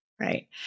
Right